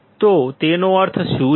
તો તેનો અર્થ શું છે